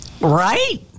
Right